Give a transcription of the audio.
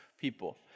people